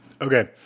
Okay